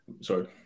sorry